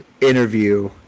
interview